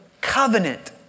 covenant